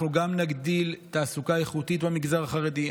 אנחנו גם נגדיל תעסוקה איכותית במגזר החרדי,